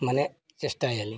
ᱢᱟᱱᱮ ᱪᱮᱥᱴᱟᱭᱟᱞᱤᱧ